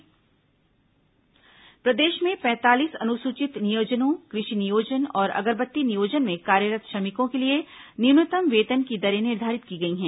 श्रमिक न्यूनतम वेतन प्रदेश में पैंतालीस अनुसूचित नियोजनों कृषि नियोजन और अगरबत्ती नियोजन में कार्यरत् श्रमिकों के लिए न्यूनतम वेतन की दरें निर्धारित की गई हैं